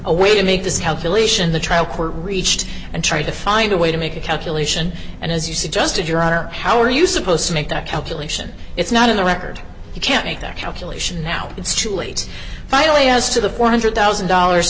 a way to make this calculation the trial court reached and try to find a way to make a calculation and as you suggested your honor how are you supposed to make that calculation it's not in the record you can't make that calculation now it's too late finally as to the four hundred thousand dollars